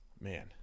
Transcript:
man